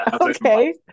okay